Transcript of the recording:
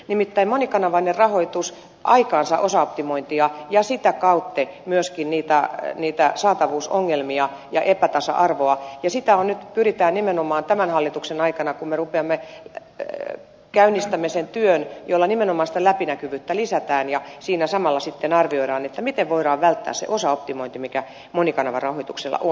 nimittäin monikanavainen rahoitus aikaansaa osaoptimointia ja sitä kautta myöskin niitä saatavuusongelmia ja epätasa arvoa ja sitä nyt pyritään nimenomaan vähentämään tämän hallituksen aikana kun me käynnistämme sen työn jolla nimenomaan läpinäkyvyyttä lisätään ja siinä samalla sitten arvioidaan miten voidaan välttää se osaoptimointi mikä monikanavarahoituksella on